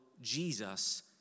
Jesus